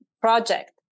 project